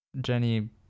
jenny